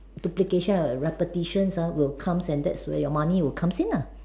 duplication repetitions uh will comes and that's where your money will comes in nah